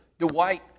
Dwight